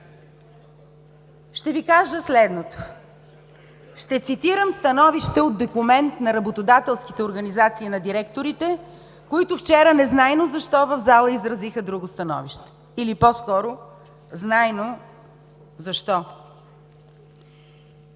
Ще ви кажа следното. Ще цитирам становище от документ на работодателските организации на директорите, които вчера незнайно защо в зала изразиха друго становище или по-скоро знайно защо.